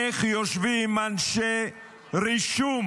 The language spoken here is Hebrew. איך יושבים אנשי רישום